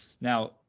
Now